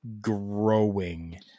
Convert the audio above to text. growing